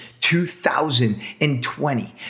2020